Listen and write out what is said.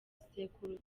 sekuru